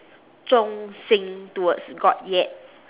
忠心 towards god yet